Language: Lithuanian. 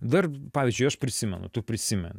dar pavyzdžiui aš prisimenu tu prisimeni